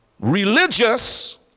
Religious